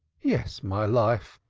yes, my life.